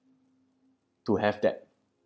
to have that